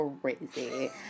crazy